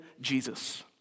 Jesus